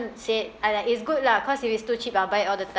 say it I like it's good lah because if it's too cheap I'll buy it all the time